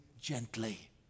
gently